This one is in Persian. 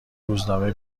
روزنامه